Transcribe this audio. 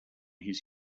his